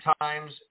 times